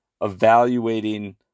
evaluating